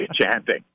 chanting